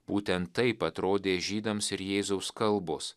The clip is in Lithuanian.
būtent taip atrodė žydams ir jėzaus kalbos